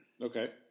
Okay